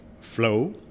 Flow